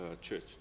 church